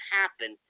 happen